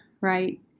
right